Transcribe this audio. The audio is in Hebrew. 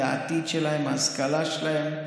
זה העתיד שלהם, ההשכלה שלהם,